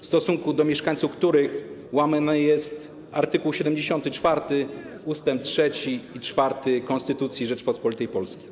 w stosunku do mieszkańców, w przypadku których łamany jest art. 74. ust. 3 i 4 Konstytucji Rzeczypospolitej Polskiej.